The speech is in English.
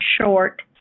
short